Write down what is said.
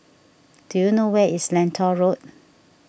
do you know where is Lentor Road